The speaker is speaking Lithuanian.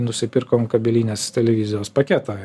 nusipirkom kabelinės televizijos paketą